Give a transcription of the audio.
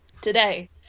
Today